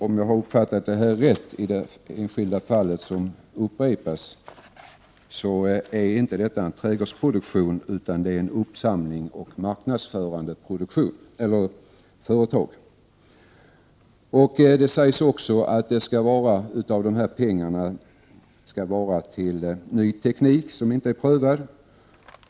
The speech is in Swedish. Om jag har uppfattat saken rätt gäller det här inte en trädgårdsproduktion utan ett uppsamlande och marknadsförande företag. Det sägs också att de här pengarna skall användas till ny teknik som inte är prövad.